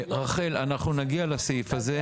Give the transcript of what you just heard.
רחל, אנחנו נגיע לסעיף הזה.